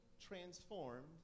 transformed